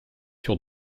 sur